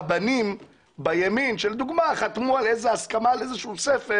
שרבנים בימין שחתמו על איזושהי הסכמה על איזה ספר